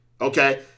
Okay